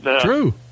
True